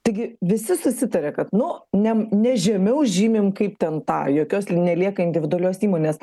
taigi visi susitarė kad nu ne ne žemiau žymim kaip ten tą jokios nelieka individualios įmonės